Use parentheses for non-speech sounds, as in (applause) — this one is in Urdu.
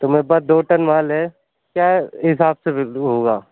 تو میرے پاس دو ٹن مال ہے کیا حساب سے بھیج (unintelligible) ہو گا